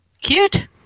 Cute